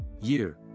Year